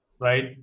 right